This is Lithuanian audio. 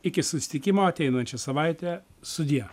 iki susitikimo ateinančią savaitę sudie